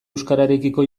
euskararekiko